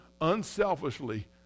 unselfishly